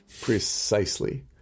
Precisely